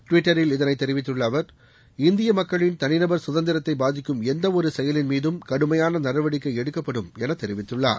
டுவிட்டரில் இதைத்தெரிவித்துள்ள அவர் இந்திய மக்களின் தனிநபர் சுதந்திரத்தை பாதிக்கும் எந்த ஒரு செயலின் மீதும் கடுமையான நடவடிக்கை எடுக்கப்படும் என தெரிவித்துள்ளார்